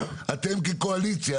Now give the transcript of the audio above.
אתם כקואליציה,